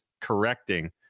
correcting